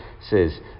says